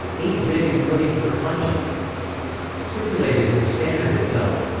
eight bit encoding for kanji stipulated in the standard itself.